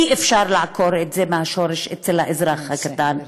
אי-אפשר לעקור את זה מהשורש אצל האזרח הקטן.